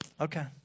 okay